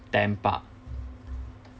them park